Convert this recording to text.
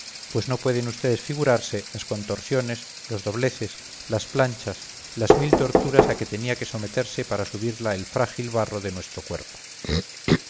pues no pueden ustedes figurarse las contorsiones los dobleces las planchas las mil torturas a que tenía que someterse para subirla el frágil barro de nuestro cuerpo